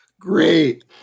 Great